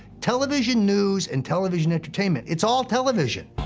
television news and television entertainment, it's all television.